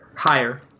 Higher